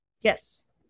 Yes